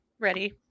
ready